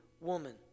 woman